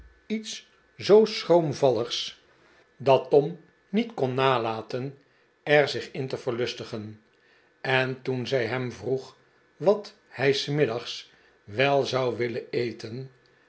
iets zoo schroomvalligs dat tom niet kon nalaten er zich in te verlustigen en toen zij hem vroeg wat hij s middags wel zou willen eten